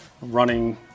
Running